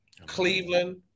Cleveland